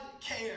care